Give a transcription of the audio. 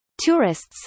Tourists